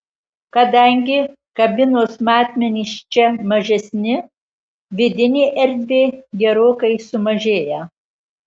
kadangi kabinos matmenys čia mažesni vidinė erdvė gerokai sumažėja